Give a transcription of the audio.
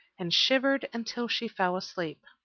and shivered until she fell asleep.